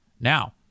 Now